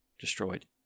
destroyed